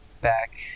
back